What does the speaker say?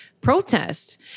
protest